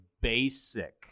basic